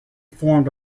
formed